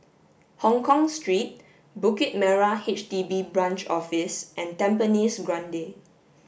Hongkong Street Bukit Merah H D B Branch Office and Tampines Grande